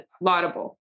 laudable